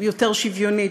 יותר שוויונית,